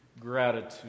gratitude